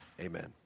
Amen